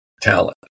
talent